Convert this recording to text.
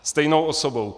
A stejnou osobou.